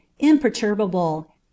imperturbable